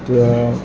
তেতিয়া